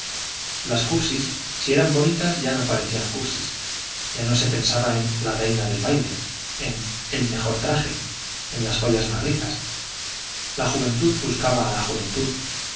las cursis si eran bonitas ya no parecían cursis ya no se pensaba en la reina del baile en el mejor traje en las joyas más ricas la juventud buscaba a la juventud